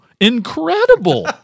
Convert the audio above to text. incredible